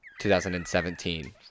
2017